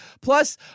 plus